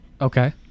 okay